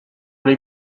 les